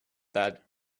that